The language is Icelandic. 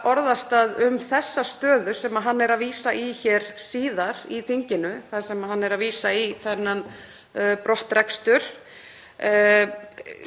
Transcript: orðastað um þá stöðu sem hann er að vísa í síðar í þinginu, þar sem hann er að vísa í þennan brottrekstur.